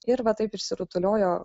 ir va taip išsirutuliojo